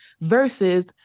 versus